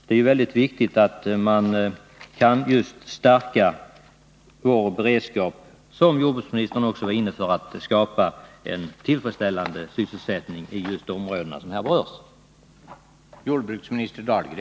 Det är viktigt att man kan stärka vår beredskap, och jordbruksministern var också inne på nödvändigheten att skapa en tillfredsställande sysselsättning på de områden som här berörs.